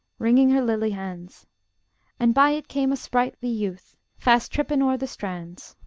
wringing her lily hands and by it came a sprightly youth, fast tripping o'er the strands.